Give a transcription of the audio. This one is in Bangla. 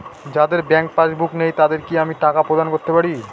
যাদের ব্যাংক পাশবুক নেই তাদের কি আমি টাকা প্রদান করতে পারি?